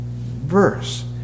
verse